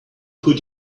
put